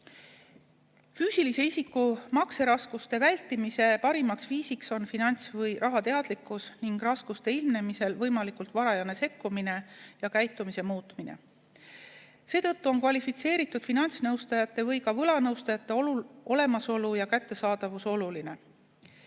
Füüsilise isiku makseraskuste vältimise parim viis on finants- või rahateadlikkus ning raskuste ilmnemisel võimalikult varajane sekkumine ja käitumise muutmine. Seetõttu on kvalifitseeritud finantsnõustajate ja ka võlanõustajate olemasolu ja kättesaadavus oluline.